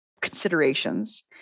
considerations